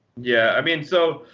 yeah. i mean, so